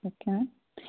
ਅੱਛਾ